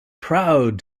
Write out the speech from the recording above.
proud